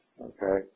Okay